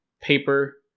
Paper